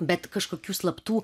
bet kaškokių slaptų